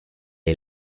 est